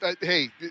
Hey